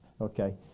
Okay